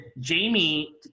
Jamie